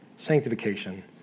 sanctification